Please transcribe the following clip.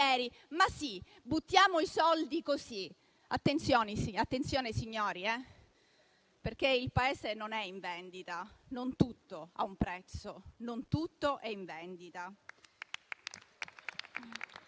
cantieri, buttiamo i soldi così. Attenzione, signori, perché il Paese non è in vendita, non tutto ha un prezzo e non tutto è in vendita.